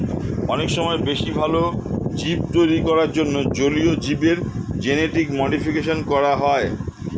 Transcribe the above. অনেক সময় বেশি ভালো জীব তৈরী করার জন্যে জলীয় জীবের জেনেটিক মডিফিকেশন করা হয়